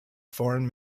foreign